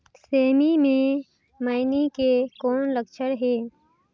सेमी मे मईनी के कौन लक्षण हे?